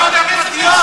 האחרון שאתה יודע,